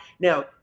now